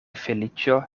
feliĉo